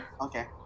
Okay